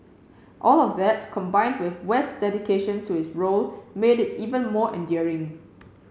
all of that combined with West dedication to his role made it even more endearing